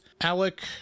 Alec